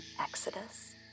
Exodus